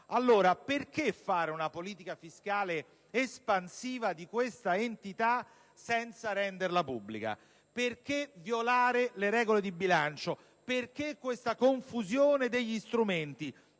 perché fare una politica fiscale espansiva di questa entità senza renderla pubblica, perché violare le regole di bilancio, perché ingenerare questa confusione degli strumenti,